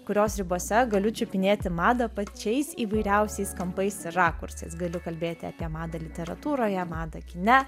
kurios ribose galiu čiupinėti madą pačiais įvairiausiais kampais ir rakursais galiu kalbėti apie madą literatūroje madą kine